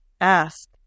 ask